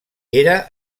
era